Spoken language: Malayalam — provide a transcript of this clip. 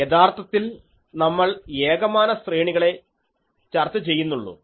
യഥാർത്ഥത്തിൽ നമ്മൾ ഏകമാന ശ്രേണികളെ ചർച്ച ചെയ്യുന്നുള്ളൂ